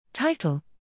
Title